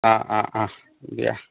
অ অ অঁ দিয়া